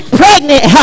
pregnant